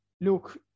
look